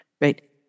right